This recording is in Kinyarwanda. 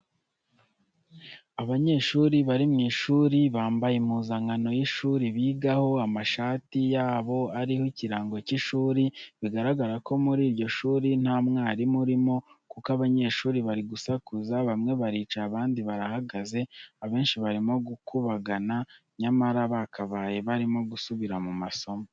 Abanyeshuri bari mu ishuri bambaye impuzankano y'ishuri bigaho, amashati yabo ariho ikirango cy'ishuri biragaragara ko muri iryo shuri nta mwarimu urimo kuko abanyeshuri bari gusakuza, bamwe baricaye abandi barahagaze, abenshi barimo gukubagana nyamara bakabaye barimo gusubira mu masomo yabo.